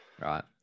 right